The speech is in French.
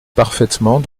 parfaitement